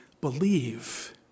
believe